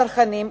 הצרכנים,